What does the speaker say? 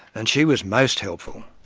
and she was most helpful.